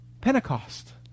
Pentecost